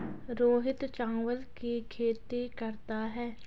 रोहित चावल की खेती करता है